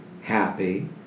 happy